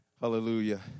hallelujah